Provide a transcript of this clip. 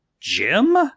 Jim